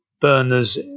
burners